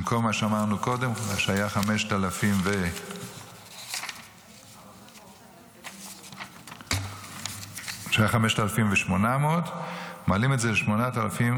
במקום מה שאמרנו קודם שהיה 5,800. מעלים את זה ל-8,500.